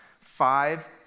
Five